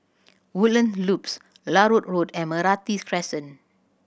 Woodlands Loop Larut Road and Meranti Crescent